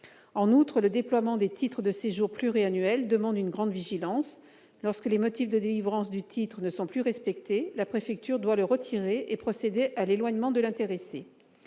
En outre, le déploiement des titres de séjour pluriannuels demande une grande vigilance : lorsque les motifs de délivrance du titre ne sont plus respectés, la préfecture doit le retirer et procéder à l'éloignement de l'intéressé.